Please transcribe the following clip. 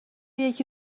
یکی